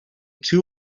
two